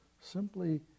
Simply